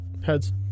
Heads